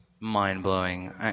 Mind-blowing